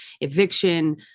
eviction